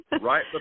right